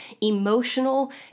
emotional